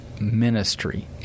ministry